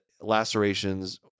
lacerations